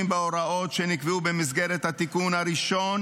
בהוראות שנקבעו במסגרת התיקון הראשון,